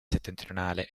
settentrionale